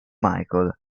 michael